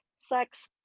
sex